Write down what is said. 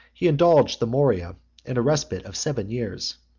he indulged the morea in a respite of seven years.